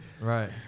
Right